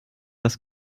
das